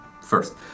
first